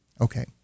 Okay